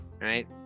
right